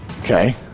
Okay